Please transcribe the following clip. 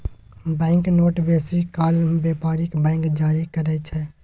bank note बेसी काल बेपारिक बैंक जारी करय छै